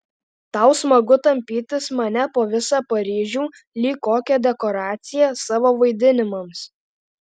tau smagu tampytis mane po visą paryžių lyg kokią dekoraciją savo vaidinimams